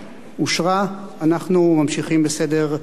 אנחנו ממשיכים בסדר-היום שלנו.